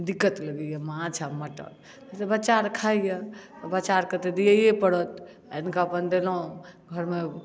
दिक्कत लगैया माँछ आ मटन बच्चा आर खइया बच्चा आर के तऽ दियैये परत आनि कऽ अपन देलहुॅं घर मे